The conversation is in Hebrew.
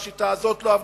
והשיטה הזאת לא עבדה,